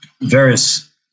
various